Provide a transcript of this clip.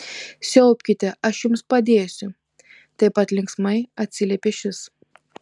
siaubkite aš jums padėsiu taip pat linksmai atsiliepė šis